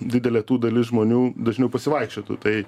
didelė tų dalis žmonių dažniau pasivaikščiotų tai